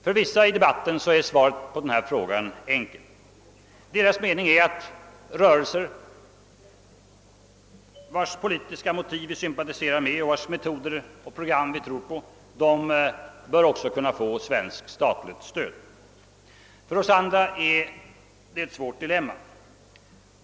För vissa av dem som deltar i debatten är svaret på denna fråga enkel; deras mening är att rörelser vilkas politiska motiv vi sympatiserar med och vilkas metoder och program vi tror på också bör kunna få svenskt statligt stöd. För oss andra är det ett svårt dilemma.